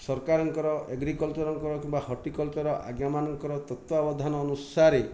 ସରକାରଙ୍କର ଏଗ୍ରିକଲ୍ଚର୍ଙ୍କର କିମ୍ବା ହଟିକଲ୍ଚର୍ ଆଜ୍ଞାମାନଙ୍କର ତତ୍ୱାବଧାନ ଅନୁସାରେ